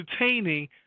entertaining